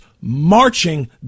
marching